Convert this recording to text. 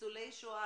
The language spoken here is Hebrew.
ניצולי שואה,